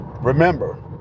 Remember